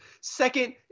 Second